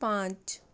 पाँच